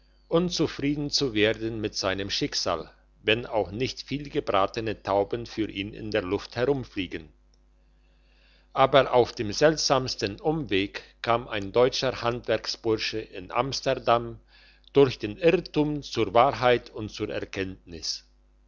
zufrieden zu werden mit seinem schicksal wenn auch nicht viel gebratene tauben für ihn in der luft herumfliegen aber auf dem seltsamsten umweg kam ein deutscher handwerksbursche in amsterdam durch den irrtum zur wahrheit und zu ihrer erkenntnis